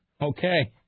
Okay